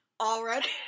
already